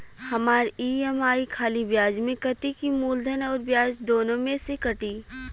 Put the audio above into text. हमार ई.एम.आई खाली ब्याज में कती की मूलधन अउर ब्याज दोनों में से कटी?